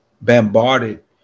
bombarded